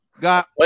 got